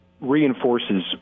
reinforces